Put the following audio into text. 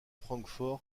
francfort